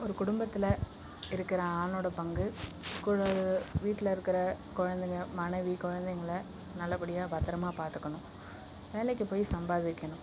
ஒரு குடும்பத்தில் இருக்கிற ஆணோட பங்கு வீட்டில இருக்கிற குழந்தைங்க மனைவி குழந்தைங்கள நல்லபடியாக பத்திரமா பார்த்துக்கணும் வேலைக்கு போய் சம்பாதிக்கணும்